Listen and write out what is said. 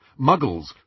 Muggles